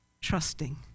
trusting